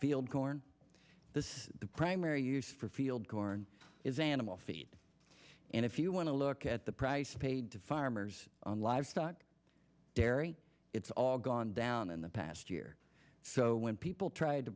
field corn this the primary use for field corn is animal feed and if you want to look at the price paid to farmers on livestock dairy it's all gone down in the past year so when people try to